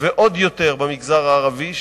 ועוד יותר במגזר הערבי,